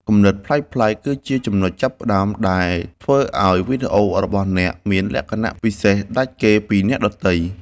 គំនិតប្លែកៗគឺជាចំណុចចាប់ផ្តើមដែលធ្វើឱ្យវីដេអូរបស់អ្នកមានលក្ខណៈពិសេសដាច់គេពីអ្នកដទៃ។